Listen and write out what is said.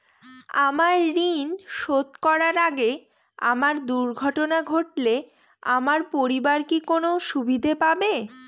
আমার ঋণ শোধ করার আগে আমার দুর্ঘটনা ঘটলে আমার পরিবার কি কোনো সুবিধে পাবে?